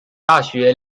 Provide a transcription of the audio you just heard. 大学